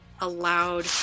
allowed